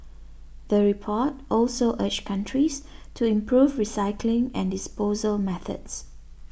the report also urged countries to improve recycling and disposal methods